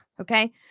Okay